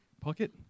pocket